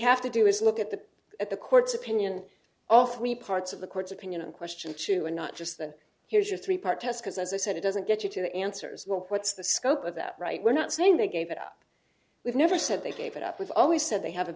have to do is look at the at the court's opinion all three parts of the court's opinion and question to a not just then here's a three part test because as i said it doesn't get you to the answers what what's the scope of that right we're not saying they gave it up we've never said they gave it up we've always said they have